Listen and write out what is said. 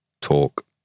talk